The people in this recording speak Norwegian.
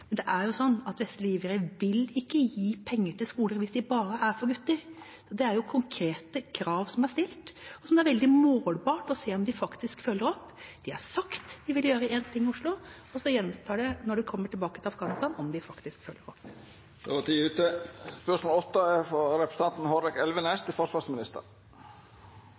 vil gi penger til skoler hvis de bare er for gutter. Det er konkrete krav som er stilt, og som det er veldig målbart å se om de faktisk følger opp. I Oslo har de sagt at de vil gjøre én ting, og så gjenstår det å se om de faktisk følger opp når de kommer tilbake til Afghanistan. «De seks NH90-helikoptrene som er levert i foreløpig versjon, skal oppgraderes til